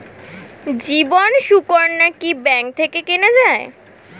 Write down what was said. জীবন সুকন্যা কি ব্যাংক থেকে কেনা যায়?